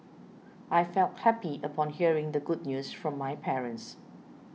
I felt happy upon hearing the good news from my parents